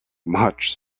much